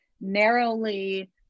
narrowly